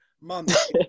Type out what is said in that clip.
months